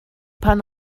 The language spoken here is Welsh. pan